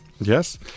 Yes